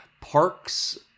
Parks